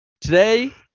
today